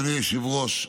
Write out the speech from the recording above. אדוני היושב-ראש,